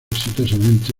exitosamente